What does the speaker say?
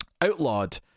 Outlawed